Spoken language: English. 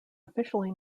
officially